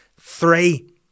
Three